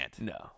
No